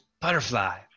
butterfly